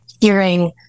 hearing